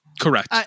Correct